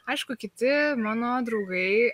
aišku kiti mano draugai